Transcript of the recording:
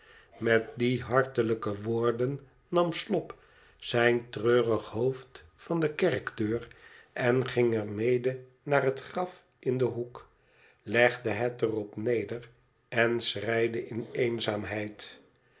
met die hartelijke woorden nam slop zijn treurig hoofd van de kerkdeur en ging er mede naar het graf in den hoek legde het er op neder en schreide in eenzaamheid